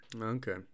Okay